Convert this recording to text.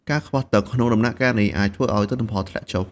ការខ្វះទឹកក្នុងដំណាក់កាលនេះអាចធ្វើឲ្យទិន្នផលធ្លាក់ចុះ។